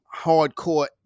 hardcore